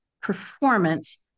performance